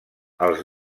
els